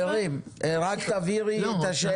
אני מבקש שיהיה רצף של